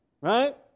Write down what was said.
Right